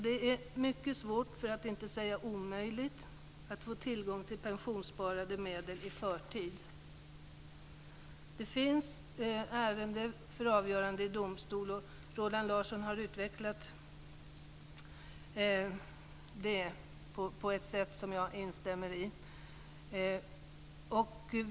Det är mycket svårt, för att inte säga omöjligt, att få tillgång till pensionssparade medel i förtid. Det finns ärenden för avgörande i domstol, och jag instämmer i det som Roland Larsson sade i frågan.